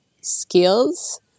skills